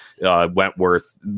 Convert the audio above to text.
Wentworth